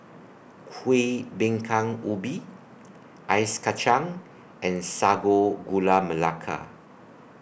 Kuih Bingka Ubi Ice Kacang and Sago Gula Melaka